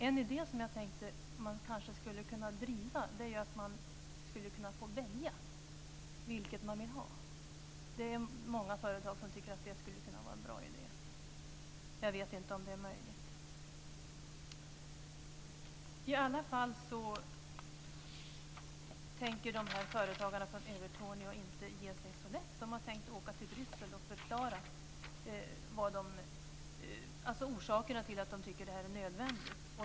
En idé jag tänkte att man kanske skulle kunna driva är att man skulle kunna få välja vilket man vill ha. Det är många företag som tycker att det skulle kunna vara en bra idé. Jag vet inte om det är möjligt. I alla fall tänker företagarna från Övertorneå inte ge sig så lätt. De har tänkt att åka till Bryssel och förklara orsakerna till att de tycker att det här är nödvändigt.